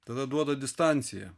tada duoda distanciją